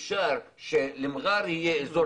יישובים קטנים אפשרי שלמע'אר יהיה אזור